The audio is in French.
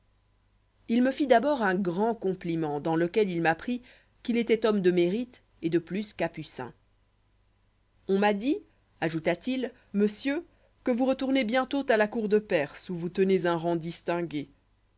il me fit d'abord un grand compliment dans lequel il m'apprit qu'il étoit homme de mérite et de plus capucin on m'a dit ajouta-t-il monsieur que vous retournez bientôt à la cour de perse où vous tenez un rang distingué